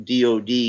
DOD